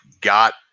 got